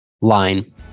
line